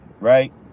right